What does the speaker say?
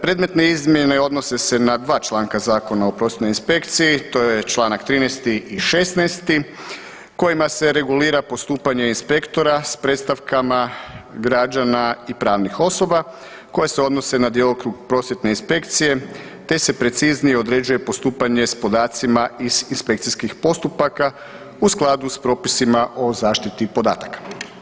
Predmetne izmjene odnose se na 2 članka Zakona o prosvjetnoj inspekciji, to je Članak 13. i 16. kojima se regulira postupanje inspektora s predstavkama građana i pravnih osoba koje se odnose na djelokrug prosvjetne inspekcije te se preciznije određuje postupanje s podacima iz inspekcijskih postupaka u skladu s propisima o zaštiti podataka.